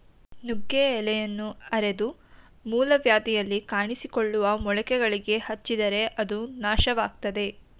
ನುಗ್ಗೆಯ ಎಲೆಯನ್ನ ಅರೆದು ಮೂಲವ್ಯಾಧಿಯಲ್ಲಿ ಕಾಣಿಸಿಕೊಳ್ಳುವ ಮೊಳಕೆಗಳಿಗೆ ಹಚ್ಚಿದರೆ ಅದು ನಾಶವಾಗ್ತದೆ